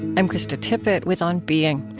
i'm krista tippett with on being.